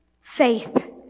faith